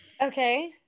okay